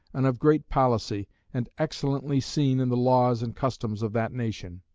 and of great policy, and excellently seen in the laws and customs of that nation.